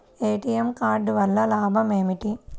ATM card వల్ల లాభం ఏమిటి?